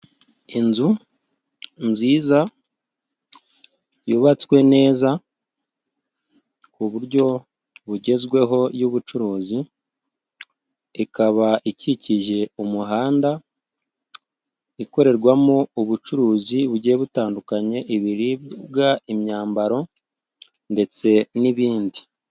Inzu nziza, yubatswe neza, ku buryo bugezweho y'ubucuruzi, ikaba ikikije umuhanda, ikorerwamo ubucuruzi bugiye butandukanye: ibiribwa, imyambaro, ndetse n'ibindi.